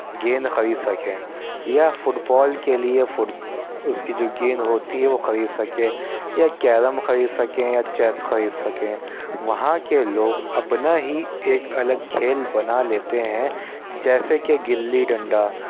گیند خرید سکیں یا فٹ بال کے لئے اس کی جو گیند ہوتی ہے وہ خرید سکیں یا کیرم خرید سکیں یا چیس خرید سکیں وہاں کے لوگ اپنا ہی ایک الگ کھیل بنا لیتے ہیں جیسے کہ گلی ڈنڈا